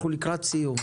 אנחנו לקראת סיום.